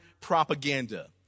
propaganda